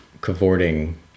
cavorting